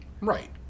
right